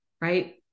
right